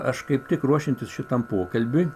aš kaip tik ruošiantis šitam pokalbiui